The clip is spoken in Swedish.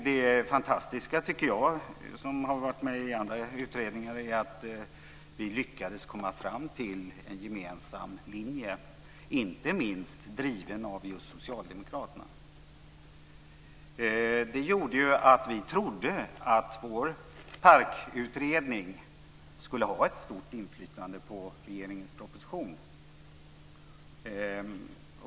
Det fantastiska - tycker jag som varit med i andra utredningar - är att vi lyckades komma fram till en gemensam linje, driven inte minst av just Socialdemokraterna. Det gjorde att vi trodde att vår PARK utredning skulle ha ett stort inflytande på regeringens proposition.